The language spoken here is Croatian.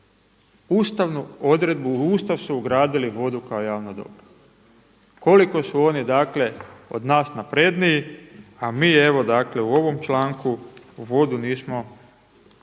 ustavnu odredbu, u Ustav su ugradili vodu kao javno dobro. Koliko su oni dakle od nas napredniji, a mi evo, dakle u ovom članku vodu nismo odredili